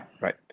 Right